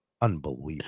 Unbelievable